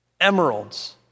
emeralds